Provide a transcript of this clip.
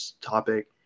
topic